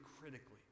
critically